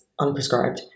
unprescribed